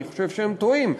אני חושב שהם טועים,